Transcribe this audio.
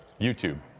youtube,